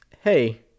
hey